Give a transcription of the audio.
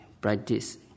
practice